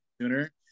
sooner